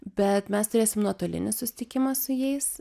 bet mes turėsim nuotolinį susitikimą su jais